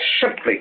simply